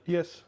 Yes